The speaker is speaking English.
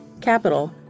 capital